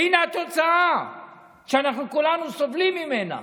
והינה התוצאה שאנחנו כולנו סובלים ממנה.